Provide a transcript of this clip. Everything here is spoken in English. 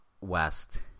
west